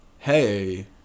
hey